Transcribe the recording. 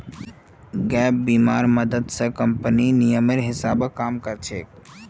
gap बीमा र माध्यम स कम्पनीर नियमेर हिसा ब काम कर छेक